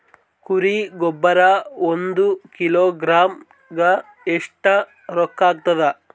ಕುರಿ ಗೊಬ್ಬರ ಒಂದು ಕಿಲೋಗ್ರಾಂ ಗ ಎಷ್ಟ ರೂಕ್ಕಾಗ್ತದ?